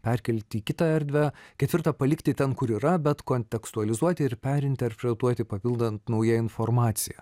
perkelti į kitą erdvę ketvirta palikti ten kur yra bet kontekstualizuoti ir perinterpretuoti papildant nauja informacija